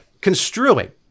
construing